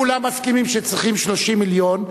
אם כולם מסכימים שצריכים 30 מיליון,